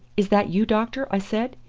is that you, doctor? i said.